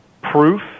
proof